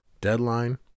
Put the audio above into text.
deadline